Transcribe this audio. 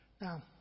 Now